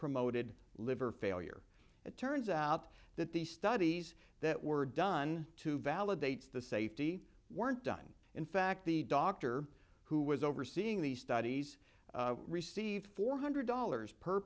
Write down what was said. promoted liver failure it turns out that the studies that were done to validates the safety weren't done in fact the doctor who was overseeing these studies received four hundred dollars per